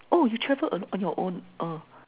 oh you travel alone on your own uh